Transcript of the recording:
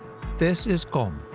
this is qom,